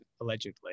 allegedly